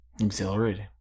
exhilarating